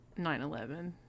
9-11